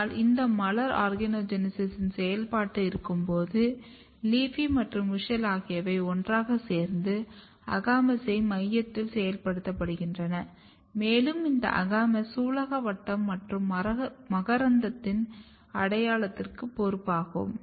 ஆனால் இந்த மலர் ஆர்கனோஜெனீசிஸின் செயல்பாட்டில் இருக்கும்போது LEAFY மற்றும் WUSCHEL ஆகியவை ஒன்றாக சேர்ந்து AGAMOUS ஐ மையத்தில் செயல்படுத்துகின்றன மேலும் இந்த AGAMOUS சூலகவட்டம் மற்றும் மகரந்தத்தின் அடையாளத்திற்கு பொறுப்பாகும்